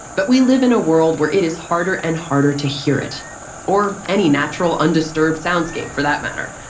but we live in a world where it is harder and harder to hear it or any natural, undisturbed soundscape, for that matter.